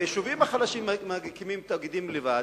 והיישובים החלשים מקימים תאגידים לבד,